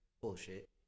bullshit